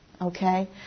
Okay